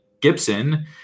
Gibson